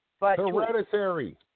hereditary